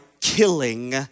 killing